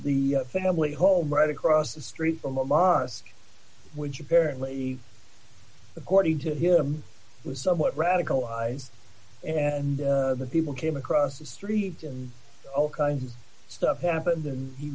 of the family home right across the street from a monist which apparently according to him was somewhat radicalized and the people came across the street and all kinds of stuff happened and he